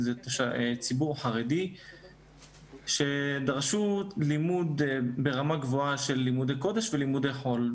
זה ציבור חרדי שדרש לימודים ברמה גבוהה של לימודי קודש ולימודי חול,